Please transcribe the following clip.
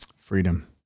freedom